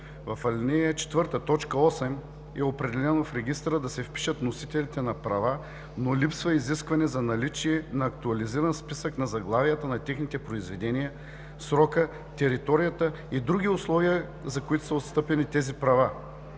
В ал. 4, т. 8 е определено в Регистъра да се впишат носителите на права, но липсва изискване за наличие на актуализиран списък на заглавията на техните произведения, срока, територията и други условия, за които са отстъпени тези права.